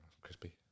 crispy